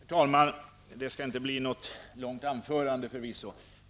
Herr talman! Det skall förvisso inte bli något långt anförande.